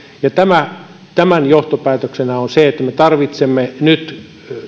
tämän johtopäätöksenä on se että me tarvitsemme nyt